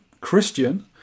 Christian